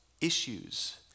issues